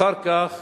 אחר כך